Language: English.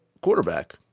quarterback